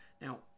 Now